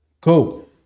Cool